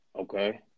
Okay